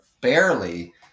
barely